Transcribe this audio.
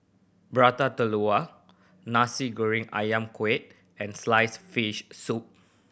Prata Telur Nasi Goreng Ayam Kunyit and sliced fish soup